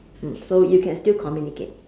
mm so you can still communicate